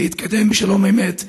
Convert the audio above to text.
להתקדם בשלום אמת.